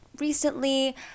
recently